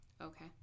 okay